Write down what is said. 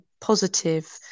positive